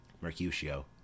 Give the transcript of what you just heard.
Mercutio